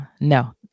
no